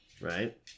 Right